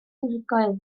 anhygoel